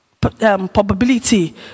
probability